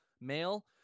male